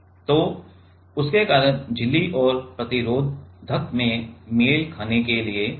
तो उसके कारण झिल्ली और प्रतिरोधक से मेल खाने के लिए